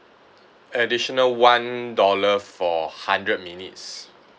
additional one dollar for hundred minutes